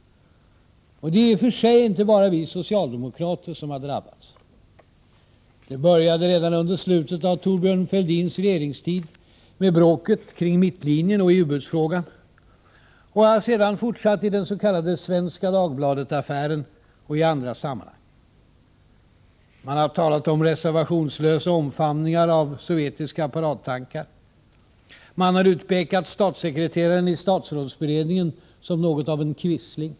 Och det är i och för sig inte bara vi socialdemokrater som har drabbats. Det började redan under slutet av Thorbjörn Fälldins regeringstid — med bråket kring mittlinjen och i ubåtsfrågan — och har sedan fortsatt i den s.k. Svenska Dagbladet-affären och i andra sammanhang. Man har talat om reservationslösa omfamningar av sovjetiska paradtankar. Man har utpekat statssekreteraren i statsrådsberedningen som något av en quisling.